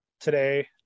Today